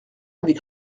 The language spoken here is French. avait